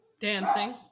Dancing